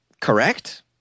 correct